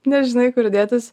nežinai kur dėtis